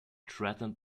threatened